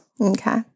Okay